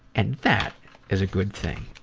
and that is a good thing.